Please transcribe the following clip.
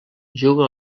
juga